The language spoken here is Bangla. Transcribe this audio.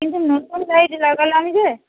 কিন্তু নতুন লাইট লাগালাম যে